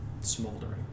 smoldering